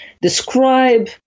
describe